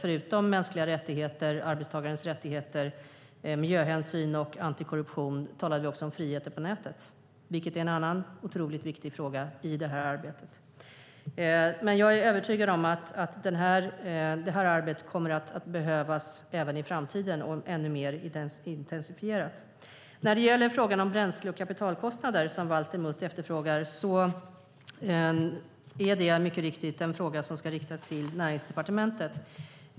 Förutom mänskliga rättigheter, arbetstagarens rättigheter, miljöhänsyn och antikorruption talade vi också om friheter på nätet, en annan otroligt viktig fråga i det här arbetet. Jag är övertygad om att detta arbete kommer att behövas även i framtiden. Det kommer också att behöva intensifieras. När det gäller Valter Mutts fråga om bränsle och kapitalkostnader är det mycket riktigt en fråga som ska riktas till Näringsdepartementet.